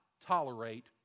tolerate